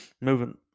Moving